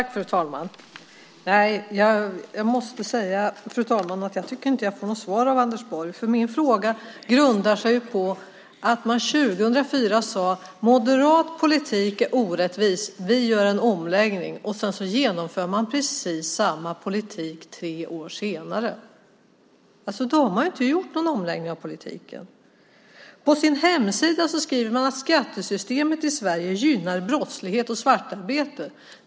Fru talman! Jag tycker inte att jag får något svar från Anders Borg. Min fråga grundar sig ju på att man 2004 sade att moderat politik är orättvis och att man skulle göra en omläggning. Men sedan genomför man precis samma politik tre år senare. Då har man ju inte gjort någon omläggning av politiken. På Moderaternas hemsida står det att skattesystemet i Sverige gynnar brottslighet och svartarbete.